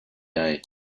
day